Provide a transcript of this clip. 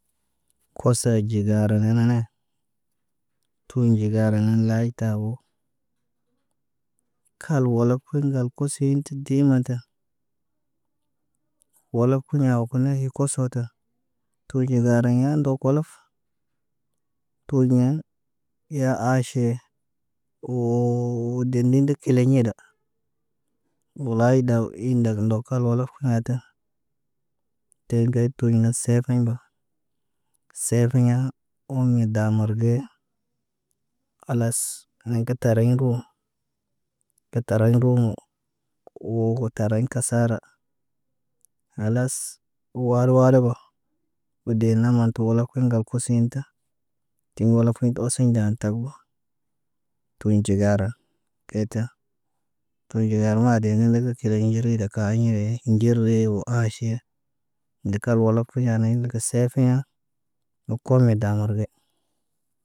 Kosa ɟiga ra nane. Tun ɟigarina layta wo. Kal walakiɲ ŋgal kosiɲ ti di mata. Walaf kiɲa wo kulay kosota. Tuɟi ndariɲ ndo kolof. Tuɟɲa, iɲa aʃe. Woo dee nede kileɲeda. Lay daw indak ndoka wolof hada. Teedek tuɲ na serkiɲ ba. Serkiɲa omi damor ge. Khalas neka tariɲ guwo. Kə taraɲ ndumo, wo gə tariɲ kasara. Khalas ware ware bo. De na man tu walaf kiɲ ŋgal kusiɲ ta. Dee walaf kiɲ osiɲ dan tak wa. Tuɲ ɟigara keta. Tun ɟigar madi ne ndek nə kireɲi nɟireda kaaɲi yee ŋgire wo aaʃe. Nde kal walaf kiɲa nendeke serfiɲa nokome damirge.